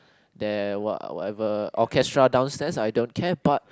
the what whatever orchestra downstairs I don't care but